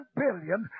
billion